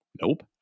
nope